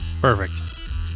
Perfect